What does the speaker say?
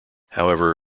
however